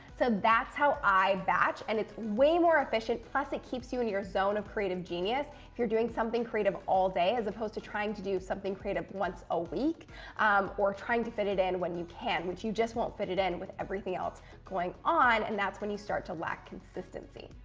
so, that's how i batch. and it's way more efficient, plus it keeps you in your zone of creative genius. if you're doing something creative all day, as opposed to trying to do something creative once a week or trying to fit it in when you can, which you just won't fit it in with everything else going on. and that's when you start to lack consistency.